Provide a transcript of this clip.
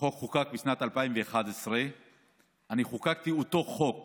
החוק חוקק בשנת 2011. אני חוקקתי אותו חוק